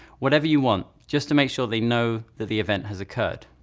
whatever you want, just to make sure they know that the event has occurred.